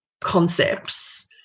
concepts